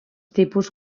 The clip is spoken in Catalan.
tipus